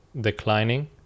declining